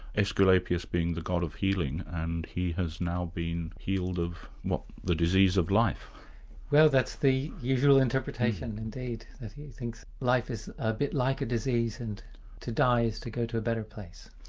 asclepius being the god of healing, and he has now been healed of what, the disease of life that's the usual interpretation, indeed, that he thinks life is a bit like a disease, and to die is to go to a better place.